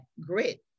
grit